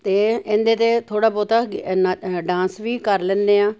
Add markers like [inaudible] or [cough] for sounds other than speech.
ਅਤੇ ਇਹਦੇ 'ਤੇ ਥੋੜ੍ਹਾ ਬਹੁਤਾ ਨ [unintelligible] ਡਾਂਸ ਵੀ ਕਰ ਲੈਂਦੇ ਹਾਂ